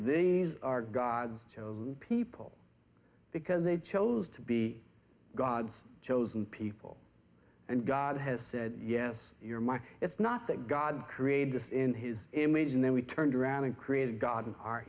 these are god's chosen people because they chose to be god's chosen people and god has said yes you're my it's not that god created us in his image and then we turned around and created god in our